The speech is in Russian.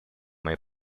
моей